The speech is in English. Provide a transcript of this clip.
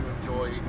enjoy